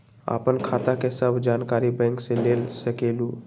आपन खाता के सब जानकारी बैंक से ले सकेलु?